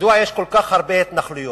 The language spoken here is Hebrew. מדוע יש כל כך הרבה התנחלויות?